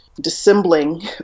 dissembling